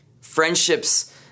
Friendships